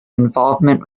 involvement